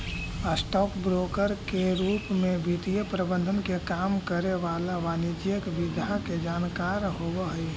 stock broker के रूप में वित्तीय प्रबंधन के काम करे वाला वाणिज्यिक विधा के जानकार होवऽ हइ